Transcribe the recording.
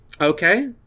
Okay